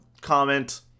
comment